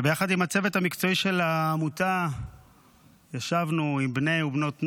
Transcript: וביחד עם הצוות המקצועי של העמותה ישבנו עם בני ובנות נוער.